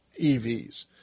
EVs